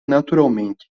naturalmente